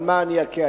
על מה אני אכה?